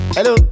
Hello